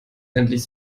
endlich